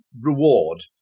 reward